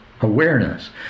awareness